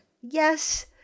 Yes